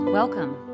Welcome